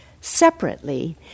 separately